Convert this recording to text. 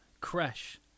crash